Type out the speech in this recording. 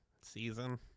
season